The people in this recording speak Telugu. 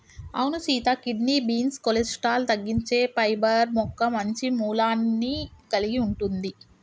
అవును సీత కిడ్నీ బీన్స్ కొలెస్ట్రాల్ తగ్గించే పైబర్ మొక్క మంచి మూలాన్ని కలిగి ఉంటుంది